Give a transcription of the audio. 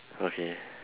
okay